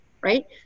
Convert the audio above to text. right